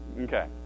Okay